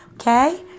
Okay